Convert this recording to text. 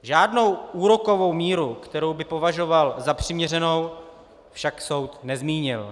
Žádnou úrokovou míru, kterou by považoval za přiměřenou, však soud nezmínil.